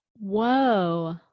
Whoa